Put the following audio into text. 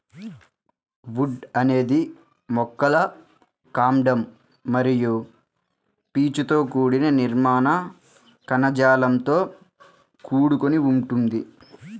would అనేది మొక్కల కాండం మరియు పీచుతో కూడిన నిర్మాణ కణజాలంతో కూడుకొని ఉంటుంది